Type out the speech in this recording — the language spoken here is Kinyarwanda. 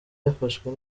yafashwe